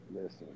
Listen